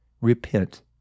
repent